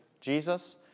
Jesus